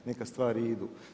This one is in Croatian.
Neka stvari idu.